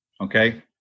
Okay